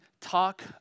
talk